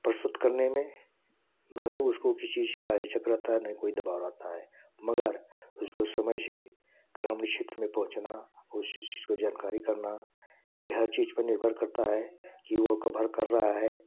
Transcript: प्रस्तुत करने में ना ही उसको किसी चीज़ का चक्रता ना ही दबाबी रहता है मगर उसको समय से ग्रामीण क्षेत्र में पहुँचना उस चीज़ को जानकारी करना ये हर चीज़ पर निर्भर करता है क्यों कभर कर कर रहा है